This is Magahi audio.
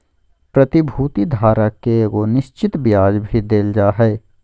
प्रतिभूति धारक के एगो निश्चित ब्याज भी देल जा हइ